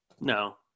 No